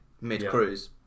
mid-cruise